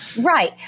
Right